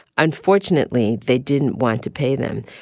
unfortunately, they didn't want to pay them.